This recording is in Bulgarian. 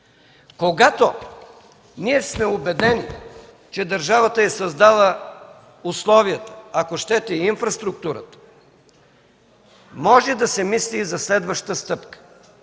Когато ние сме убедени, че държавата е създала условията, ако щете – инфраструктурата, може да се мисли и за следваща стъпка.